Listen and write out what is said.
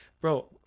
bro